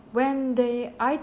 when the item